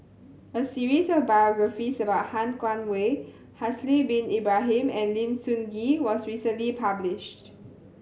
a series of biographies about Han Guangwei Haslir Bin Ibrahim and Lim Sun Gee was recently published